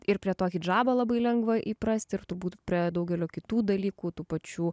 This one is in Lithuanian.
ir prie to hidžabo labai lengva įprasti ir turbūt prie daugelio kitų dalykų tų pačių